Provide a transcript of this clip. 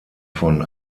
von